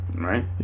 Right